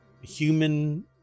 human